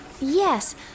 Yes